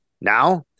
Now